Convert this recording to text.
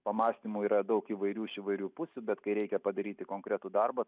pamąstymų yra daug įvairių iš įvairių pusių bet kai reikia padaryti konkretų darbą